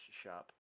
shop